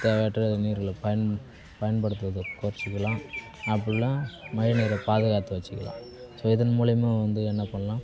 தேவையற்ற நீர்களை பயன் பயன்படுத்துறத கொறச்சுக்கலாம் அப்படில்லான் மழை நீரை பாதுகாத்து வச்சுக்கலாம் இதன் மூலயமா வந்து என்ன பண்ணலாம்